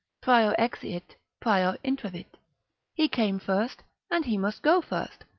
prior exiit, prior intravit, he came first, and he must go first.